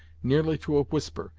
nearly to a whisper,